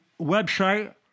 website